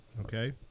Okay